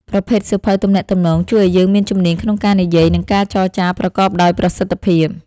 ប្រភេទសៀវភៅទំនាក់ទំនង ជួយឱ្យយើងមានជំនាញក្នុងការនិយាយ និងការចរចាប្រកបដោយប្រសិទ្ធភាព។